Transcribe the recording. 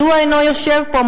מדוע אינו יושב פה?